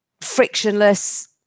frictionless